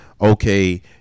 Okay